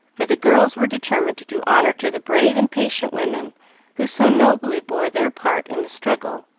for the girls were determined to do honor to the brave and patient women who so nobly bore their part in the struggle,